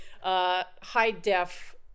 high-def